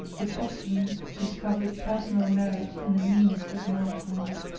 which often discovered personal merit in the meanest of mankind.